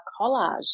collage